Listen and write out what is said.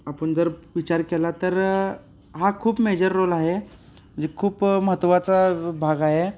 आपण जर विचार केला तर हा खूप मेजर रोल आहे म्हणजे खूप महत्वाचा भाग आहे